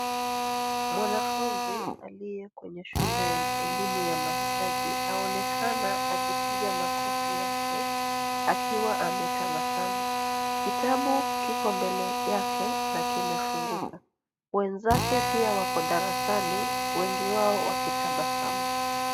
Mwanafunzi aliye kwenye shule ya elimu ya mahitaji aonekana akipiga makofi yake akiwa ametabasamu. Kitabu kiko mbele yake na kimefunguka. Wenzake pia wako darasani wengi wao wakitabasamu.